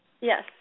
Yes